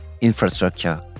infrastructure